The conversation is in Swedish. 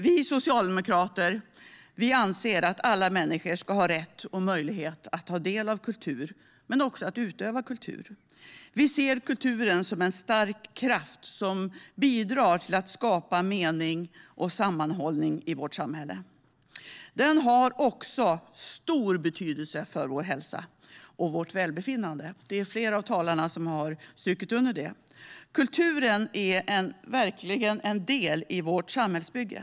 Vi socialdemokrater anser att alla människor ska ha rätt och möjlighet att ta del av kultur men också att utöva kultur. Vi ser kulturen som en stark kraft som bidrar till att skapa mening och sammanhållning i vårt samhälle. Den har också stor betydelse för vår hälsa och vårt välbefinnande. Det är flera talare som har strukit under det. Kulturen är verkligen en del i vårt samhällsbygge.